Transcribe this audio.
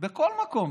בכל מקום.